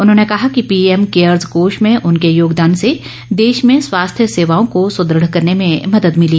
उन्होंने कहा कि पीएम केयर्स कोष में उनके योगदान से देश में स्वास्थ्य सेवाओं को सुदृढ करने में मदद मिली